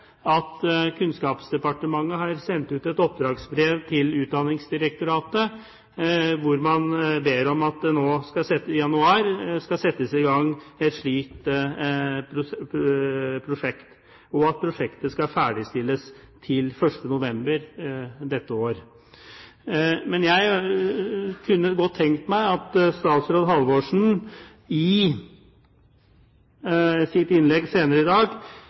at Kunnskapsdepartementet har sendt ut et oppdragsbrev til Utdanningsdirektoratet, hvor man har bedt om at det i januar ble satt i gang et slikt prosjekt, og at prosjektet ferdigstilles til 1. november dette år. Jeg kunne godt tenkt meg at statsråd Halvorsen i sitt innlegg